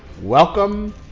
Welcome